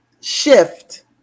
shift